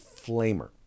Flamer